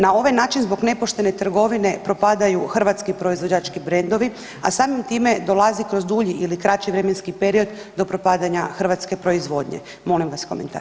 Na ovaj način zbog nepoštene trgovine propadaju hrvatski proizvođači brendovi, a samim time dolazi kroz dulji ili kraći vremenski period do propadanja hrvatske proizvodnje, molim vas komentar.